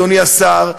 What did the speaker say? אדוני השר,